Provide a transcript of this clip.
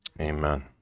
amen